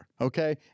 Okay